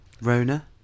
Rona